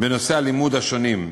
בנושאי הלימוד השונים,